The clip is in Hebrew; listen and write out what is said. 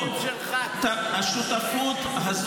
הם שותפים שלנו כמו שהם שותפים שלך.